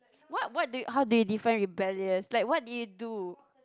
what what do you how do you define rebellious like what did you do